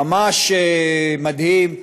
ממש מדהים.